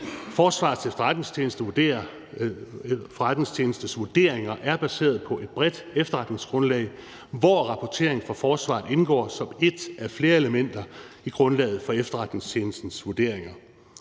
Forsvarets Efterretningstjenestes vurderinger er baseret på et bredt efterretningsgrundlag, hvor rapportering fra forsvaret indgår som ét af flere elementer i grundlaget for efterretningstjenestens vurderinger.